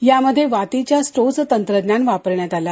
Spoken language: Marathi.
यामध्ये वातीच्या स्टोव्हचे तंत्रज्ञान वापरण्यात आलं आहे